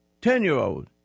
ten-year-old